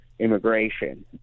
immigration